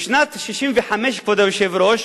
בשנת 1965, כבוד היושב-ראש,